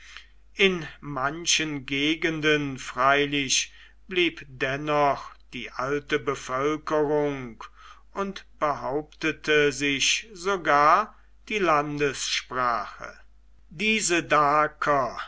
in manchen gegenden freilich blieb dennoch die alte bevölkerung und behauptete sich sogar die landessprache diese daker